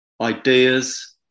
Ideas